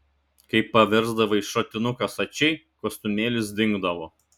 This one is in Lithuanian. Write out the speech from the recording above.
kai paversdavai šratinuką stačiai kostiumėlis dingdavo